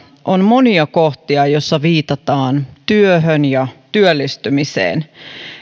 on monia kohtia joissa viitataan työhön ja työllistymiseen